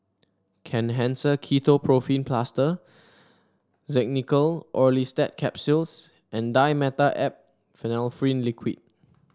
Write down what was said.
Kenhancer Ketoprofen Plaster Xenical Orlistat Capsules and Dimetapp Phenylephrine Liquid